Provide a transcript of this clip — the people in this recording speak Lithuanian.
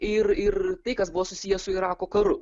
ir ir tai kas buvo susiję su irako karu